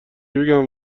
بگم